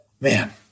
man